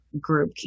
group